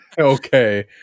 okay